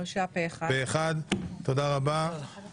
הצבעה בעד העברת הדיון בהצעת החוק לוועדת החוקה,